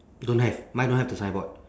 don't have mine don't have the signboard